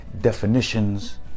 definitions